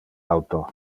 auto